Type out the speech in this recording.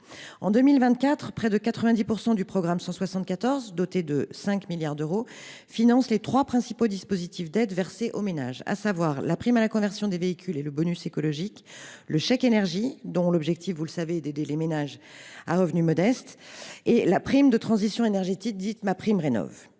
En 2024, près de 90 % du programme 174, doté de 5 milliards d’euros, financent les trois principaux dispositifs d’aide versés aux ménages, à savoir la prime à la conversion des véhicules et le bonus écologique, le chèque énergie, dont l’objectif est d’aider les ménages à revenu modeste, la prime de transition énergétique dite MaPrimeRénov’.